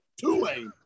two-way